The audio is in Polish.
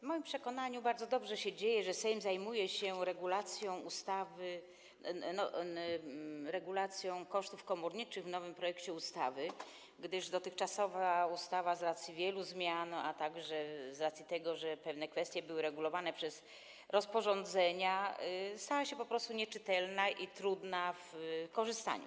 W moim przekonaniu bardzo dobrze się dzieje, że Sejm zajmuje się regulacją kosztów komorniczych w nowym projekcie ustawy, gdyż dotychczasowa ustawa z racji wielu zmian, a także z racji tego, że pewne kwestie były regulowane przez rozporządzenia, stała się po prostu nieczytelna i trudna w korzystaniu.